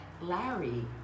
Larry